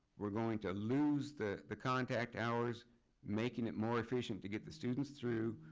we're going to lose the the contact hours making it more efficient to get the students through.